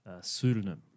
pseudonym